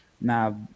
Now